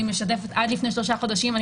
אני משתפת שעד לפני שלושה חודשים אני